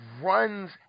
runs